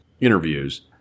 interviews